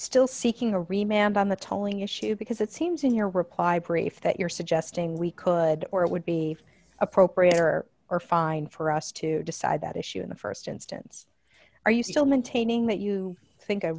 the tolling issue because it seems in your reply brief that you're suggesting we could or it would be appropriate or or fine for us to decide that issue in the st instance are you still maintaining that you think